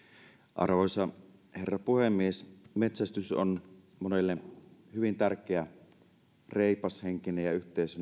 arvoisa herra puhemies metsästys on monelle hyvin tärkeä reipashenkinen yhteisöllinen ja